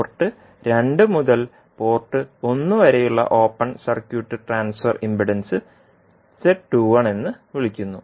port 2 മുതൽ port 1 വരെയുള്ള open circuit transfer impedance എന്ന് വിളിക്കുന്നു